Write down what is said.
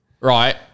right